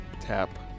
tap